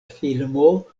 filmo